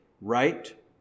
right